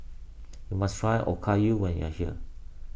you must try Okayu when you are here